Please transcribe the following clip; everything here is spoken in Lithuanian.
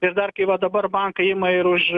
ir dar kai va dabar bankai ima ir už